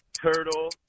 turtle